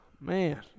man